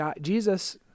Jesus